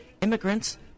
immigrants